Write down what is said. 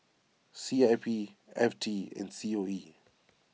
C I P F T and C O E